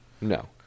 No